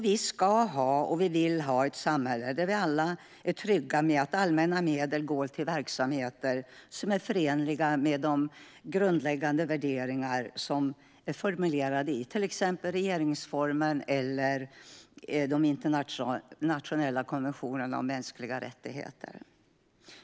Vi ska ha och vill ha ett samhälle där vi alla är trygga med att allmänna medel går till verksamheter som är förenliga med de grundläggande värderingar som är formulerade i regeringsformen och i de internationella konventionerna om mänskliga rättigheter.